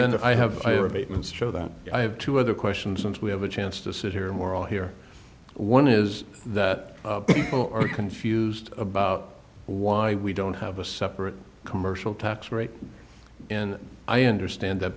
if i have a rebate once show that i have two other questions and we have a chance to sit here and we're all here one is that people are confused about why we don't have a separate commercial tax rate and i understand that